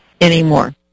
Anymore